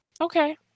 Okay